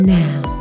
now